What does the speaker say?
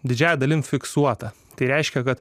didžiąja dalimi fiksuota tai reiškia kad